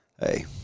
hey